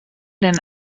den